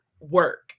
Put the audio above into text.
work